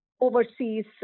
overseas